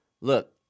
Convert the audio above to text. Look